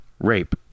Rape